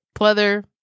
pleather